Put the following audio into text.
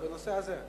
בנושא הזה.